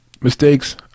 mistakes